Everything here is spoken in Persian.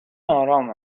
آرام